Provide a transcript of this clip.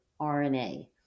RNA